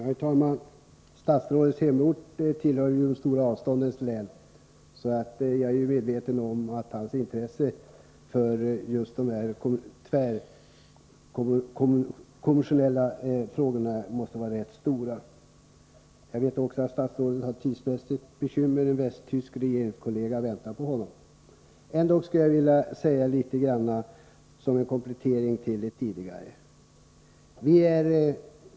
Herr talman! Statsrådets hemort ligger ju i de stora avståndens län, så jag är medveten om att hans intresse för just tvärkommunikationer, och frågor i det sammanhanget måste vara rätt stort. Jag vet också att statsrådet har bekymmer när det gäller tiden, eftersom en västtysk regeringskollega väntar på honom. Ändå skulle jag vilja säga några ord som en komplettering till mitt tidigare inlägg.